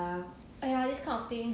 !aiya! this kind of thing